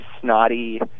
snotty